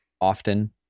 often